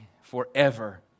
forever